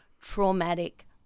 traumatic